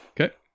Okay